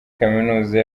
kaminuza